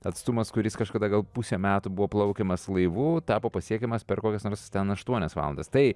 atstumas kuris kažkada gal pusę metų buvo plaukiamas laivu tapo pasiekiamas per kokias nors ten aštuonias valandas tai